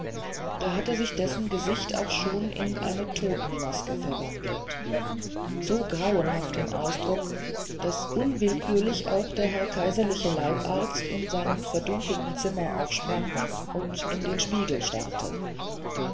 da hatte sich dessen gesicht auch schon in eine totenmaske verwandelt so grauenhaft im ausdruck daß unwillkürlich auch der herr kaiserliche leibarzt in seinem verdunkelten zimmer aufsprang und in den spiegel starrte